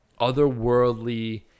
otherworldly